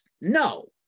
no